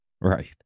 right